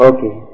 Okay